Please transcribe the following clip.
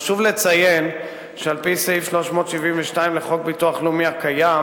חשוב לציין שעל-פי סעיף 372 לחוק הביטוח הלאומי הקיים